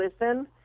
listen